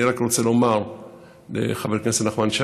אני רק רוצה לומר לחבר הכנסת נחמן שי,